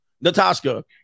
Natasha